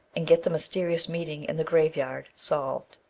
and get the mysterious meeting in the grave-yard solved.